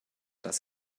dass